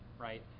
right